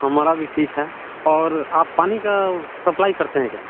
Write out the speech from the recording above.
हमारा भी ठीक है और आप पानी का सप्लाई करते हैं क्या